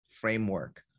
framework